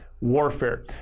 warfare